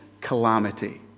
calamity